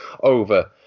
over